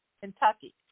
Kentucky